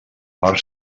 part